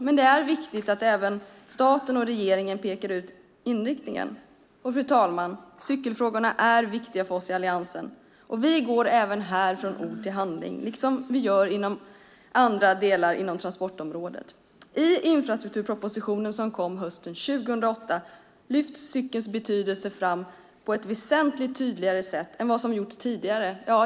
Men det är viktigt att även staten och regeringen pekar ut inriktningen. Fru talman! Cykelfrågorna är viktiga för oss i Alliansen, och vi går även här från ord till handling liksom vi gör inom andra delar av transportområdet. I infrastrukturpropositionen som kom hösten 2008 lyfts cykelns betydelse fram på ett väsentligt tydligare sätt än vad som gjorts tidigare.